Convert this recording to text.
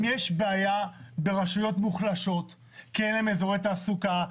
אם יש בעיה ברשויות מוחלשות כי אין להן אזורי תעסוקה,